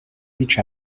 each